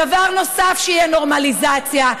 דבר נוסף, שתהיה נורמליזציה.